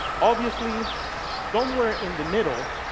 obviously somewhere in the middle,